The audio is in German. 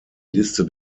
liste